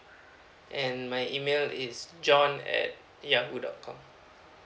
and my email is jon at yahoo dot com